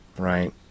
right